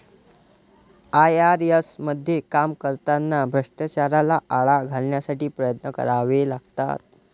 IRS मध्ये काम करताना भ्रष्टाचाराला आळा घालण्यासाठी प्रयत्न करावे लागतात